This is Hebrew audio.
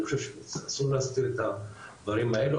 אני חושב שאסור להסתיר את הדברים האלו,